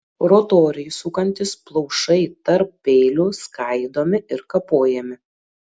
rotoriui sukantis plaušai tarp peilių skaidomi ir kapojami